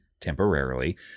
temporarily